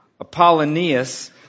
Apollonius